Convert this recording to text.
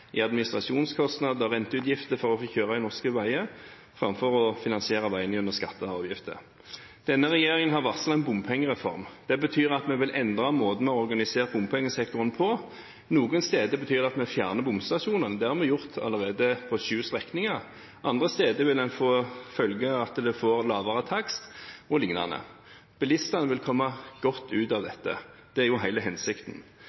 i administrasjonskostnader og renteutgifter for å få kjøre på norske veier, framfor å finansiere veiene gjennom skatter og avgifter. Denne regjeringen har varslet en bompengereform. Det betyr at vi vil endre måten å organisere bompengesektoren på. Noen steder betyr det at vi fjerner bomstasjonene – det har vi allerede gjort på sju strekninger. Andre steder vil det få den følgen at man får lavere takster, o.l. Bilistene vil komme godt ut av dette. Det er hele hensikten.